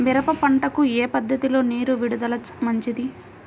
మిరప పంటకు ఏ పద్ధతిలో నీరు విడుదల మంచిది?